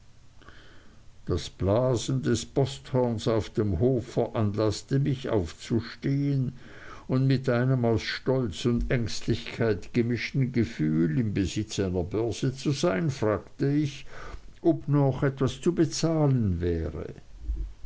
das blasen des posthorns auf dem hof veranlaßte mich aufzustehen und mit einem aus stolz und ängstlichkeit gemischtem gefühl im besitz einer börse zu sein fragte ich ob noch etwas zu bezahlen wäre